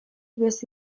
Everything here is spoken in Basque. beste